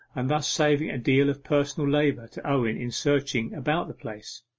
and thus saving a deal of personal labour to owen in searching about the place.